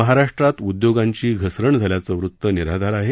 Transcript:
महाराष्ट्रात उदयोगांची घसरण झाल्याचं वृत निराधार आहे